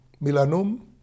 milanum